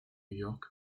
york